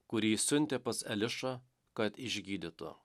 kurį siuntė pas elišą kad išgydytų